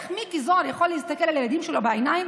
איך מיקי זוהר יכול להסתכל על הילדים שלו בעיניים